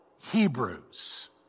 Hebrews